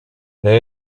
they